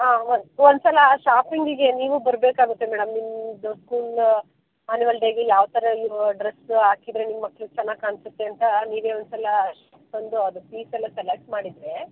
ಹಾಂ ಒಂದು ಒಂದು ಸಲ ಶಾಪಿಂಗಿಗೆ ನೀವು ಬರಬೇಕಾಗುತ್ತೆ ಮೇಡಮ್ ನಿಮ್ಮದು ಸ್ಕೂಲ್ ಆನ್ಯೂವಲ್ ಡೇಗೆ ಯಾವ ಥರ ಇವು ಡ್ರೆಸ್ ಹಾಕಿದರೆ ನಿಮ್ಮ ಮಕ್ಳಿಗೆ ಚೆನ್ನಾಗಿ ಕಾಣಿಸುತ್ತೆ ಅಂತ ನೀವೇ ಒಂದು ಸಲ ತಂದು ಅದು ಪೀಸೆಲ್ಲ ಸೆಲೆಕ್ಟ್ ಮಾಡಿದರೆ